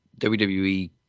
WWE